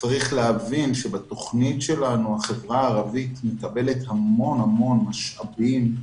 צריך להבין שבתכנית שלנו החברה הערבית מקבלת המון המון משאבים,